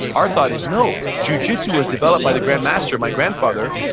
our thought is no, jujitsu was developed by the grand master, my grandfather,